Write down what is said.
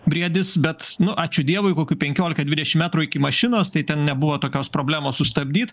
briedis bet nu ačiū dievui kokių penkiolika dvidešim metrų iki mašinos tai ten nebuvo tokios problemos sustabdyt